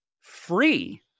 free